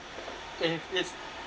and if it's